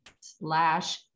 slash